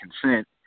consent